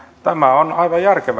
tämä teidän kantanne on aivan järkevä